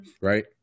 Right